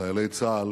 חיילי צה"ל,